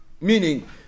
Meaning